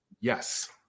Yes